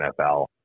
NFL